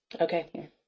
Okay